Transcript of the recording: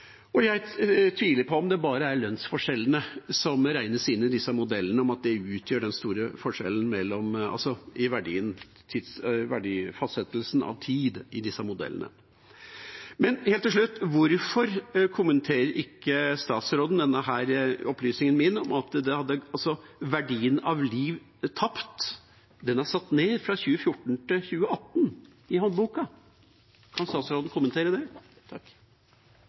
Jeg tviler på om det bare er lønnsforskjellene som regnes inn i disse modellene, og at det utgjør den store forskjellen i verdifastsettelsen av tid i modellene. Og helt til slutt: Hvorfor kommenterer ikke statsråden min opplysning om at verdien av liv tapt er satt ned fra 2014 til 2018 i håndboka? Kan statsråden kommentere det?